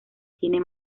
tiene